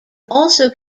also